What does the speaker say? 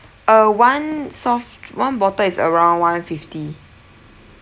uh one soft d~ one bottle is around one fifty